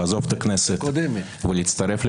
לעזוב את הכנסת ולהצטרף למפגינים,